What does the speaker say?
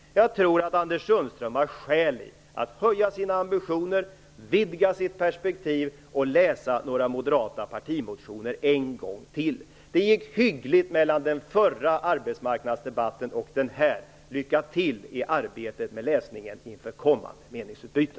Jag tror att Anders Sundström har skäl att höja sina ambitioner, vidga sitt perspektiv och läsa några moderata partimotioner en gång till. Det gick hyggligt mellan den förra arbetsmarknadsdebatten och den här. Lycka till i arbetet med läsningen inför kommande meningsutbyte.